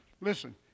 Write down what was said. Listen